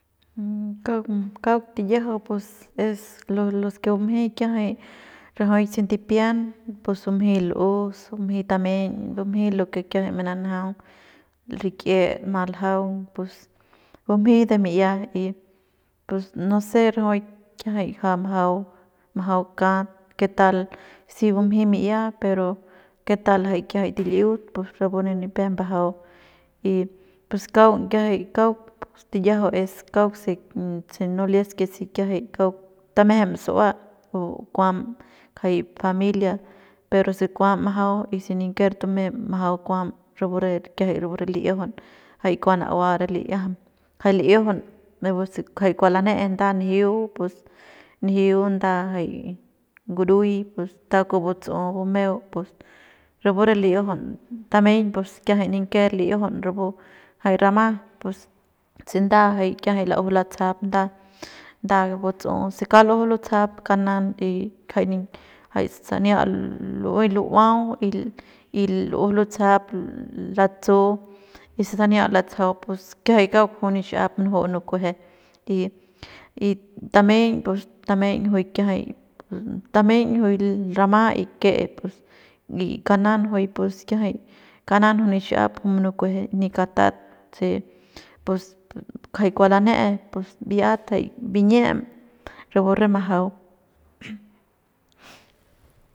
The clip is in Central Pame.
kauk kauk tiyajau pus es los que bumjey kiajay rajuik se ndipian pus bumjei l'us bumjey tameiñ bumjey lo que kiajay mananjaung rik'iet mat l'jaung pus bumjey de mi'ia y pus no se rajuik kiajay ja majau majau kat que tal si bumjey mi'ia pero que tal jay kiajay til'iut pus rapu re nipep mbajau y pus kaung kiajay kauk pus tiyajau kauk se no lias si kiajay tamejem su'ua o kuam kjay familia pero se kuam majau y se ninker tumem majau kuam rapu re kiajay rapu re li'iajaun jay kua na'ua re li'iajam jay li'iajaun jay rapuse kua lane'e nda njiu pus njiu nda jay ngurui pus nda kua butsu'u bumeu pus rapu re li'iajaun tameiñ pus kiajay niken li'iajaun rapu jay rama pus se nda jay kiajay lajux latsajap nda nda butsu'u se kauk lujux lutsajap kauk nan y kjay ni kjai sania lu'uey lu'uau y lujux lutsajap latsu y se sania latsajau pus kiajay kauk juy nixiap munuju'u nukueje y y tameiñ pus tameiñ juy kiajay tameiñ juy rama y k'e y pus kanan juy pus kanan juy nixiap munukueje ni katat se pus kjay kua lane'e pus bi'iat kjay biñiem rapu re majau.